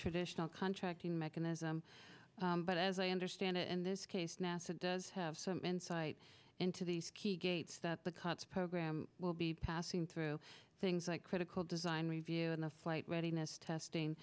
traditional contracting mechanism but as i understand it in this case nasa does have some insight into these the gates that the cuts program will be passing through things like critical design review and the flight readiness testing